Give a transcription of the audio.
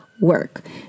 work